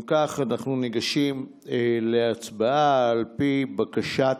אם כך, אנחנו ניגשים להצבעה, על פי בקשת,